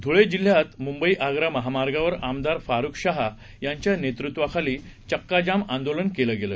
धुळेजिल्ह्यातमुंबईआग्रामहामार्गावरआमदारफारुकशहायांच्यानेतृत्वाखालीचक्काजामआंदोलनकेलंगेलं